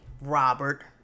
Robert